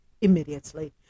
immediately